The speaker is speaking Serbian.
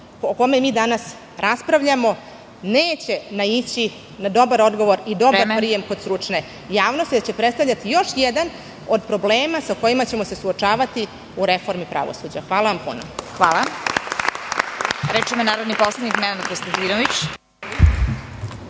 po kome mi danas raspravljamo neće naići na dobar odgovor i dobar prijem kod stručne javnosti, da će predstavljati još jedan od problema sa kojim ćemo se suočavati u reformi pravosuđa. Hvala vam puno. **Vesna Kovač** Hvala. Reč ima narodni poslanik Nenad Konstantinović.